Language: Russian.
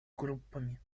группами